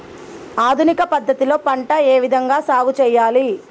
ఆధునిక పద్ధతి లో పంట ఏ విధంగా సాగు చేయాలి?